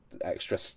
extra